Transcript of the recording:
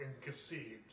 conceived